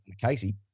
Casey